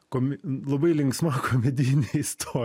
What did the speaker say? komi labai linksma komedijinė isto